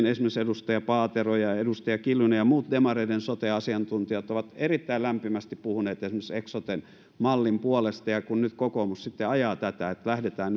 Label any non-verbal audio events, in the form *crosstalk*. *unintelligible* esimerkiksi edustaja paatero ja ja edustaja kiljunen ja muut demareiden sote asiantuntijat ovat erittäin lämpimästi puhuneet esimerkiksi eksoten mallin puolesta ja kun kokoomus nyt sitten ajaa tätä että lähdetään *unintelligible*